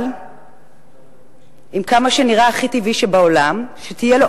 אבל כמה שנראה הכי טבעי שבעולם שתהיה לו